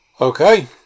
okay